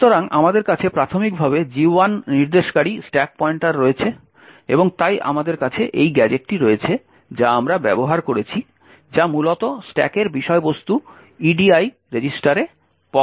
সুতরাং আমাদের কাছে প্রাথমিকভাবে G1 নির্দেশকারী স্ট্যাক পয়েন্টার রয়েছে এবং তাই আমাদের কাছে এই গ্যাজেটটি রয়েছে যা আমরা ব্যবহার করেছি যা মূলত স্ট্যাকের বিষয়বস্তু edi রেজিস্টারে পপ করে